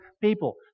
people